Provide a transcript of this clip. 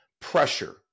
pressure